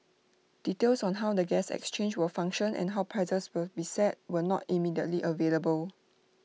details on how the gas exchange will function and how prices will be set were not immediately available